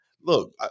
look